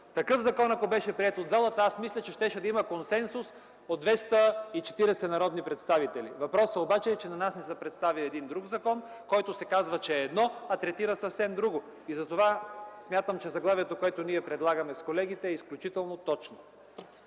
Такъв закон ако беше приет от залата, мисля, че щеше да има консенсус от 240 народни представители. Въпросът обаче е, че на нас ни се представя един друг законопроект, който се казва, че е едно, а третира съвсем друго. Затова смятам, че заглавието, което ние предлагаме с колегите, е изключително точно.